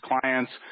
clients